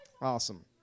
Awesome